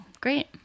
Great